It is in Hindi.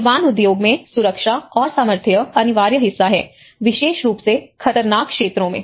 निर्माण उद्योग में सुरक्षा और सामर्थ्य अनिवार्य हिस्सा हैं विशेष रूप से खतरनाक क्षेत्रों में